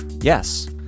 yes